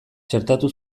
txertatu